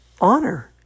Honor